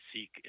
Seek